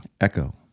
Echo